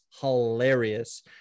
hilarious